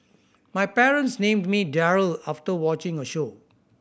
my parents named me Daryl after watching a show